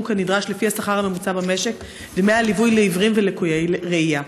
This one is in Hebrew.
כנדרש לפי השכר הממוצע במשק דמי הליווי לעיוורים וללקויי ראייה.